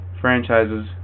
franchises